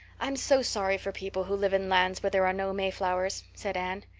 i'm so sorry for people who live in lands where there are no mayflowers, said anne.